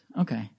Okay